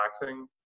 relaxing